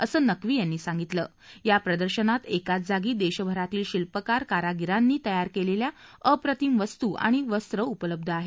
असं नकवी यांनी सांगितलं या प्रदर्शनात एकाच जागी देशभरातील शिल्पकार कारागिरांनी तयार केलेल्या अप्रतिम वस्तू आणि वस्त्रे उपलब्ध आहेत